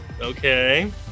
Okay